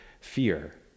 fear